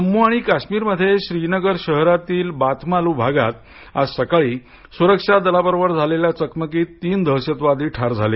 जम्मू आणि काश्मिरमध्ये श्रीनगर शहरातील बातमालु भागात आज सकाळी सुरक्षादला बरोबर झालेल्या चकमकीत तीन दहशतवादी ठार झाले